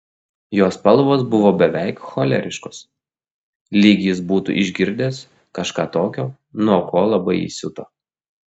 jo spalvos buvo beveik choleriškos lyg jis būtų išgirdęs kažką tokio nuo ko labai įsiuto